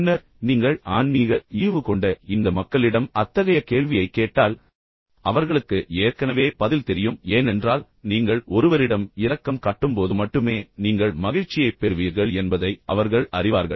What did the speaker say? பின்னர் நீங்கள் ஆன்மீக ஈவு கொண்ட இந்த மக்களிடம் அத்தகைய கேள்வியைக் கேட்டால் அவர்களுக்கு ஏற்கனவே பதில் தெரியும் ஏனென்றால் நீங்கள் ஒருவருக்காக இரக்கம் காட்டும்போது ஒருவரிடம் இரக்கம் காட்டும்போது மட்டுமே நீங்கள் மகிழ்ச்சியைப் பெறுவீர்கள் என்பதை அவர்கள் அறிவார்கள்